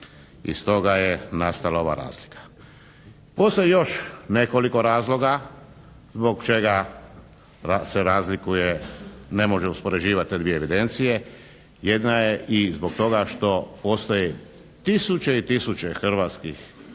i stoga je nastala ova razlika. Postoji još nekoliko razloga zbog čega se razlikuje, ne može uspoređivati te dvije evidencije. Jedna je i zbog toga što postoje tisuće i tisuće hrvatskih